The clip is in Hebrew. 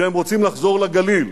שהם רוצים לחזור לגליל.